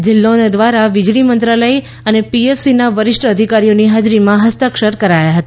ધીલ્લોન દ્વારા વીજળી મંત્રાલય અને પીએફસીના વરિષ્ઠ અધિકારીઓની હાજરીમાં હસ્તાક્ષર કરાયા હતા